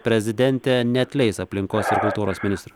prezidentė neatleis aplinkos ir kultūros ministrų